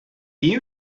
you